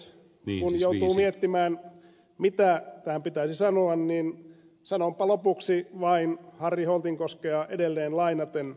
kun joutuu miettimään mitä tähän pitäisi sanoa niin sanonpa lopuksi vain harri holtinkoskea edelleen lainaten